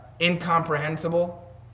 incomprehensible